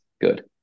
good